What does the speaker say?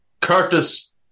Curtis